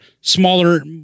smaller